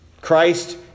Christ